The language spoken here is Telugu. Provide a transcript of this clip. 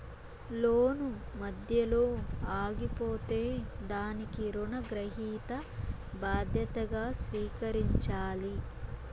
లోను మధ్యలో ఆగిపోతే దానికి రుణగ్రహీత బాధ్యతగా స్వీకరించాలి